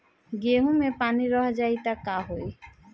गेंहू मे पानी रह जाई त का होई?